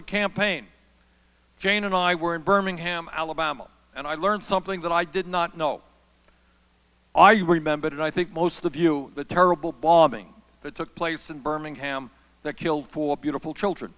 the campaign jane and i were in birmingham alabama and i learned something that i did not know are you remembered and i think most of you the terrible bombing that took place in birmingham that killed four beautiful children